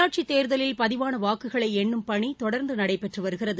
உள்ளாட்சி தேர்தலில் பதிவான வாக்குகளை எண்ணும் பணி தொடர்ந்து நடைபெற்று வருகிறது